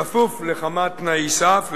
כפוף לכמה תנאי סף,